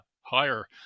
higher